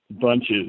bunches